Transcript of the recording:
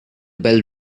bell